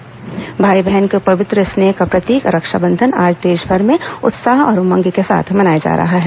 रक्षाबंधन भाई बहन के पवित्र स्नेह का प्रतीक रक्षाबंधन आज देशभर में उत्साह और उमंग के साथ मनाया जा रहा है